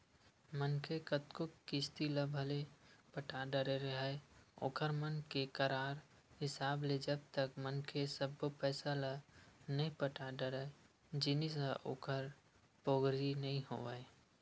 मनखे कतको किस्ती ल भले पटा डरे राहय ओखर मन के करार हिसाब ले जब तक मनखे सब्बो पइसा ल नइ पटा डरय जिनिस ह ओखर पोगरी नइ होवय